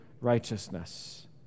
righteousness